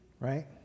right